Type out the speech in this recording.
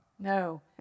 no